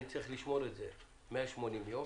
אני צריך לשמור את זה 180 יום,